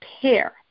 pair